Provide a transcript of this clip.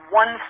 one